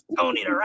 Tony